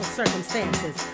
circumstances